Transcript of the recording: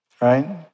right